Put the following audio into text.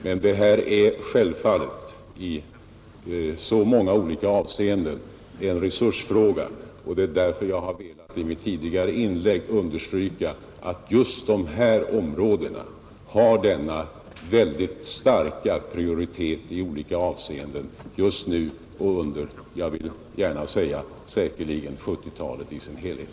Men detta är i så många olika avseenden en resursfråga, och det är därför som jag i mina tidigare inlägg har velat understryka att dessa områden har fått stark prioritet just nu och säkerligen kommer att få detta under 1970-talet i dess helhet.